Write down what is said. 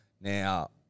Now